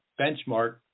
benchmark